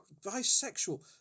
bisexual